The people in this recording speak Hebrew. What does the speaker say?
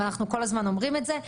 אנחנו כל הזמן אומרים את זה.